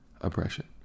oppression